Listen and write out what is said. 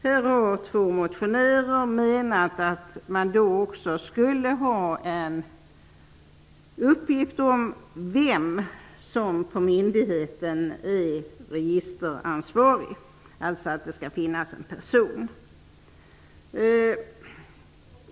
Här har två motionärer menat att man då också skulle ha en uppgift om vem som på myndigheten är registeransvarig, att det alltså skall finnas en sådan.